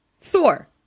Thor